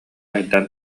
айдаан